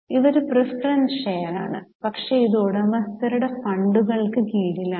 ഇത് ഒരു പ്രീഫെറെൻസ് ഷെയറാണ് പക്ഷേ ഇത് ഉടമസ്ഥരുടെ ഫണ്ടുകൾക്ക് കീഴിലാണ്